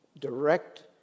direct